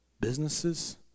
businesses